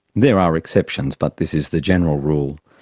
there are exceptions but this is the general rule.